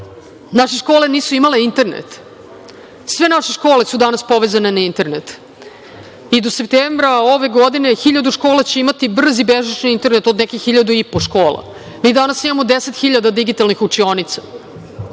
naše škole nisu imale internet. Sve naše škole su danas povezane na internet i do septembra ove godine 1.000 škola će imati brzi bežični internet, od nekih hiljadu i po škola. Mi danas imamo 10 hiljada digitalnih učionica.